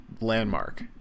landmark